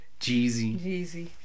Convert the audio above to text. Jeezy